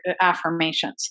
affirmations